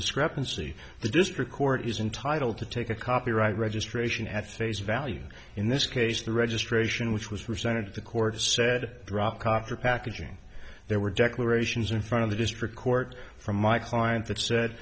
discrepancy the district court is entitle to take a copyright registration at face value in this case the registration which was resented the court said drop copper packaging there were declarations in front of the district court from my client that said